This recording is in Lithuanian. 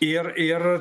ir ir